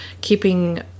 keeping